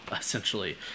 essentially